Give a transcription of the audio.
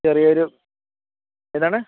ചെറിയൊരു ഏതാണ്